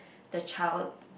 the child